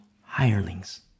hirelings